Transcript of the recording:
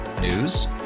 News